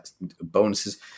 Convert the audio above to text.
bonuses